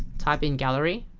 type in gallery